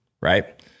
Right